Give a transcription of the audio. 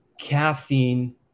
caffeine